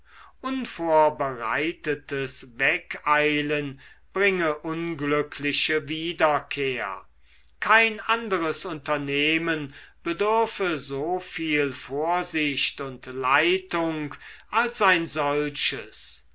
unvorbereitetes wegeilen bringe unglückliche wiederkehr kein anderes unternehmen bedürfe so viel vorsicht und leitung als ein solches